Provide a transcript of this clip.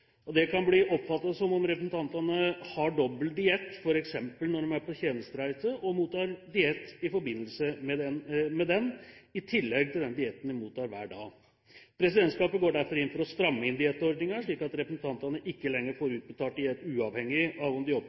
året. Dette kan bli oppfattet som om representantene har «dobbel diett», f.eks. når de er på tjenestereise og mottar diett i forbindelse med den, i tillegg til den dietten de mottar hver dag. Presidentskapet går derfor inn for å stramme inn diettordningen, slik at representantene ikke lenger får utbetalt diett uavhengig av om de